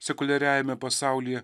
sekuliariajame pasaulyje